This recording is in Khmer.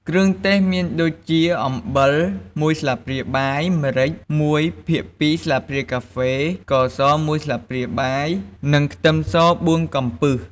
គ្រឿងទេសមានដូចជា អំបិល ១ស្លាបព្រាបាយ ម្រេច ១ភាគ២ ស្លាបព្រាកាហ្វេ ស្ករស ១ស្លាបព្រាបាយ និងខ្ទឹមស ៤កំពឹស។